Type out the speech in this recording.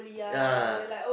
ya